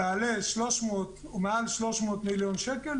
יעלה מעל 300 מיליון שקלים.